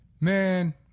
man